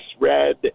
red